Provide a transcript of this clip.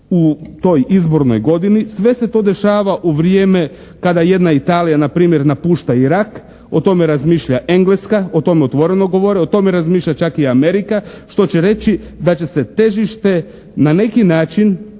u toj izbornoj godini, sve se to dešava u vrijeme kada jedna Italija npr. napušta Irak, o tome razmišlja Engleska, o tome otvoreno govore, o tome razmišlja čak i Amerika što će reći da će se težište na neki način